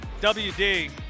WD